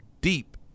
deep